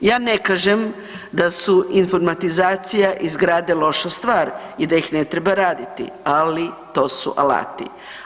Ja ne kažem da su informatizacija … [[ne razumije se]] loša stvar i da ih ne treba raditi, ali to su alati.